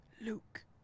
Luke